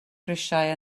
grisiau